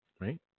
right